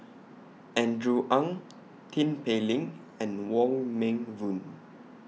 Andrew Ang Tin Pei Ling and Wong Meng Voon